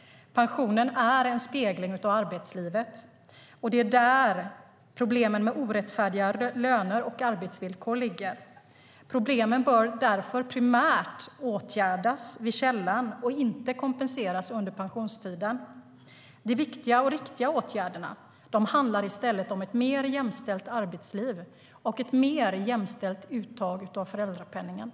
Pensionen är en spegling av arbetslivet, och det är där problem med ojämställda löner och arbetsvillkor ligger. Problemen bör därför primärt åtgärdas vid källan och inte kompenseras under pensionstiden. De viktiga och riktiga åtgärderna handlar i stället om ett mer jämställt arbetsliv och ett mer jämställt uttag av föräldraledighet.